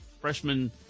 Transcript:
Freshman